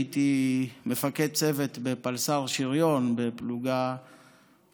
הייתי מפקד צוות בפלס"ר שריון בחטיבה